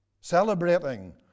celebrating